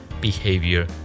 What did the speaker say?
behavior